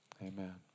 Amen